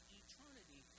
eternity